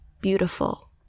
beautiful